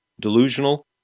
Delusional